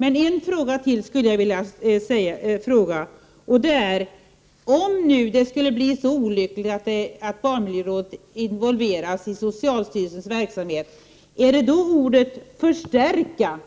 Men en fråga till skulle jag vilja ställa, och det är: Om det nu skulle bli så olyckligt att barnmiljörådet inordnas i socialstyrelsen, är det då ordet ”förstärka”